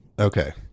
Okay